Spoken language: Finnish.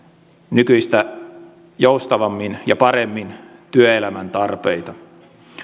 nykyistä joustavammin ja paremmin työelämän tarpeita